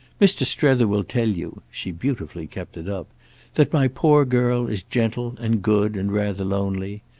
mr. strether will tell you she beautifully kept it up that my poor girl is gentle and good and rather lonely.